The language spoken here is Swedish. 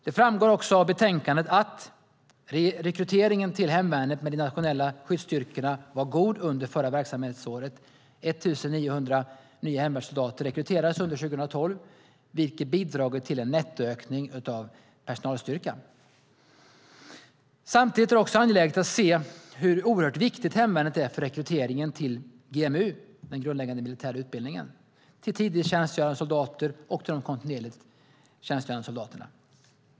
Det framgår också av betänkandet att rekryteringen till hemvärnet med de nationella skyddsstyrkorna var god under förra verksamhetsåret. 1 900 nya hemvärnssoldater rekryterades under 2012, vilket bidragit till en nettoökning av personalstyrkan. Samtidigt är det angeläget att se hur oerhört viktigt hemvärnet är för rekryteringen till GMU, den grundläggande militära utbildningen, till tidvis tjänstgörande soldater och till de kontinuerligt tjänstgörande soldaterna.